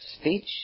speech